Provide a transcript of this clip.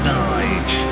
night